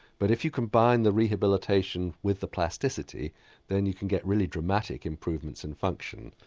but if you combine the rehabilitation with the plasticity then you can get really dramatic improvements in function.